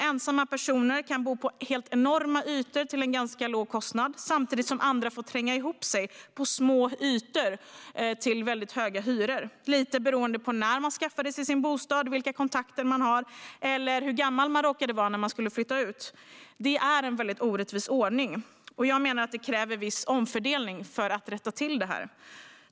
Ensamma personer kan bo på helt enorma ytor till ganska låg kostnad samtidigt som andra får tränga ihop sig på små ytor till väldigt höga hyror, lite beroende på när man skaffade sig sin bostad, vilka kontakter man har och hur gammal man var när man skulle flytta ut. Det här är en väldigt orättvis ordning, och jag menar att det kräver viss omfördelning att rätta till den.